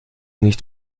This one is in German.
nicht